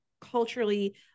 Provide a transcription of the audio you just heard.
culturally